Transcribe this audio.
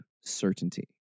certainty